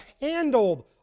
handled